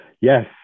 Yes